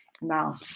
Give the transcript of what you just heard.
Now